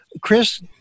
Chris